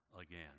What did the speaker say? again